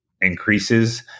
increases